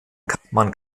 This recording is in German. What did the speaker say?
kann